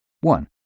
One